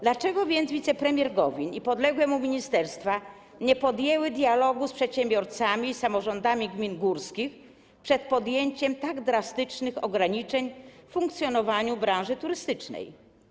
Dlaczego więc wicepremier Gowin i podległe mu ministerstwa nie podjęli dialogu z przedsiębiorcami i samorządami gmin górskich przed podjęciem tak drastycznych ograniczeń w funkcjonowaniu branży turystycznej?